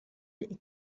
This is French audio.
est